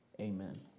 Amen